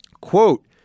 Quote